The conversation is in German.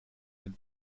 den